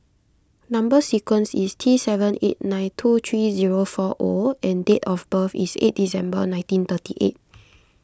Number Sequence is T seven eight nine two three zero four O and date of birth is eighth December nineteen thirty eight